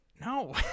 No